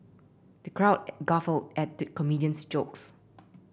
the crowd guffawed at the comedian's jokes